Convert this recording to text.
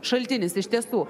šaltinis iš tiesų